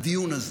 הדיון הזה,